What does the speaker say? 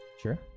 Sure